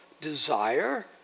desire